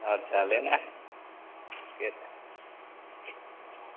अच्छा लेना है